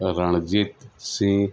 Ranjitsinh